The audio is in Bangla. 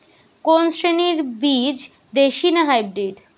কোন শ্রেণীর বীজ দেশী না হাইব্রিড?